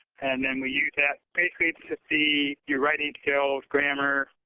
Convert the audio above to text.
and then we use that basically to see your writing detail, grammar.